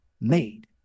made